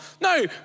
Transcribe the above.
No